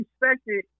respected